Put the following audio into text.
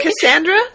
Cassandra